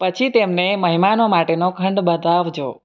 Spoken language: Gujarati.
પછી તેમને મહેમાનો માટેનો ખંડ બતાવજો